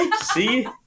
see